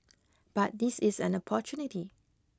but this is an opportunity